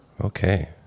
Okay